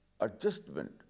adjustment